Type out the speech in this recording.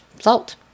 Salt